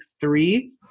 three